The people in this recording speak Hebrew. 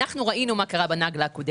ראינו מה קרה בפעם הקודמת.